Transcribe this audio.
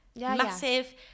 Massive